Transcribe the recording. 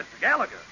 Gallagher